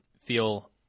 feel